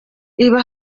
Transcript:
ibi